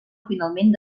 finalment